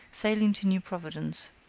sailing to new providence.